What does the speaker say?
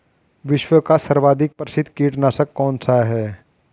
विश्व का सर्वाधिक प्रसिद्ध कीटनाशक कौन सा है?